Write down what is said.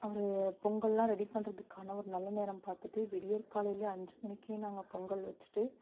ஒரு பொங்கல்லாம் ரெடி பண்ணுறதுக்கான ஒரு நல்ல நேரம் பார்த்துட்டு விடியற்காலையிலே அஞ்சு மணிக்கே நாங்கள் பொங்கல் வச்சிட்டு